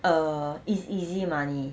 err it's easy money